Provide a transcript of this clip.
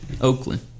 Oakland